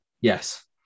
Yes